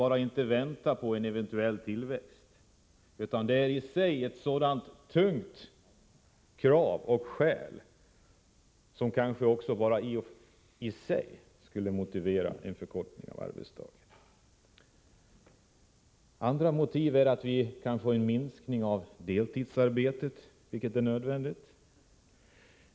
Vi kan inte vänta på en eventuell tillväxt i ekonomin, utan denna aspekt är så tung att den kanske i sig skulle motivera en förkortning av arbetsdagen. Andra motiv är att vi kan få en minskning av deltidsarbetet, vilket är nödvändigt.